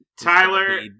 Tyler